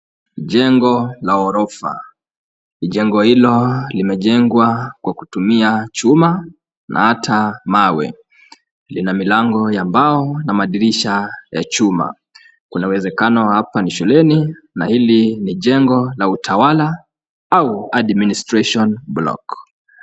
Chengo la gorofa, chengo hilo limechengwa kwa kutumia chuma na ata mawe, lina milango ya mbao na madirisha ya chuma, kuna wezekano hapa ni shuleni na hili ni chengo la utawala au administration block .